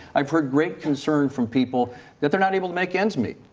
i have heard great concern from people that they are not able to make ends meet.